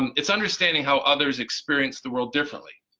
it's understanding how others experience the world differently.